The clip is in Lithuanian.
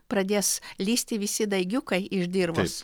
pradės lįsti visi daigiukai iš dirvos